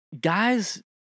Guys